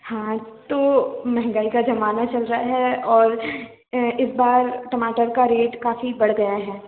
हाँ तो महंगाई का जमाना चल रहा है और इस बार टमाटर का रेट काफ़ी बढ़ गया है